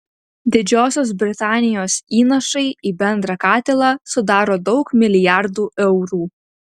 didžiosios britanijos įnašai į bendrą katilą sudaro daug milijardų eurų